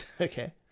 Okay